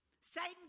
Satan